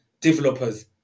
developers